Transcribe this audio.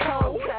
cold